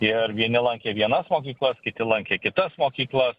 ir vieni lankė vienas mokyklas kiti lankė kitas mokyklas